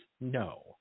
no